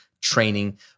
training